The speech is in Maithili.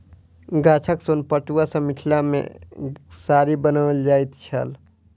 गाछक सोन पटुआ सॅ मिथिला मे साड़ी बनाओल जाइत छल